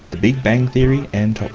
the big bang theory and top